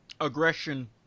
Aggression